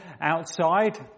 outside